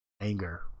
Anger